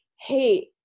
hey